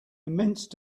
immense